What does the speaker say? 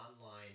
online